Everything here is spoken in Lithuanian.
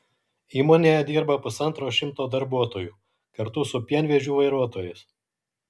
įmonėje dirba pusantro šimto darbuotojų kartu su pienvežių vairuotojais